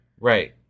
Right